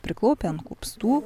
priklaupę ant kupstų